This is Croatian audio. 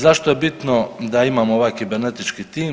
Zašto je bitno da imamo ovaj kibernetički tim?